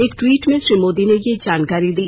एक ट्वीट में श्री मोदी ने यह जानकारी दी